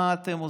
מה אתם עושים?